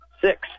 six